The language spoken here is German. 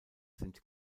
sind